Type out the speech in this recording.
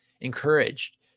encouraged